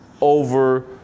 over